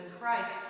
Christ